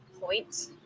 point